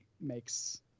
makes